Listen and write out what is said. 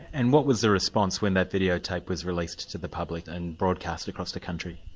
and what was the response when that videotape was released to the public and broadcast across the country?